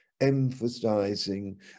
emphasizing